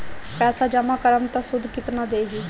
पैसा जमा करम त शुध कितना देही?